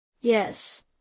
Yes